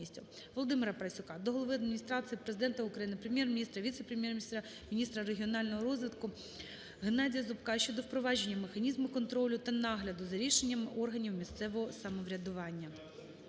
ВолодимираПарасюка до глави Адміністрації Президента України, Прем'єр-міністра, віце-прем’єр-міністра - міністра регіонального розвитку Геннадія Зубка щодо впровадження механізму контролю та нагляду за рішенням органів місцевого самоврядування.